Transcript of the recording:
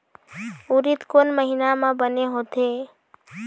उरीद कोन महीना म बने होथे?